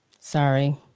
Sorry